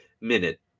minute